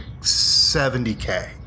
70K